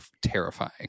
terrifying